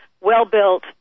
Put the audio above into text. well-built